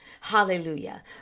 Hallelujah